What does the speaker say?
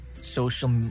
social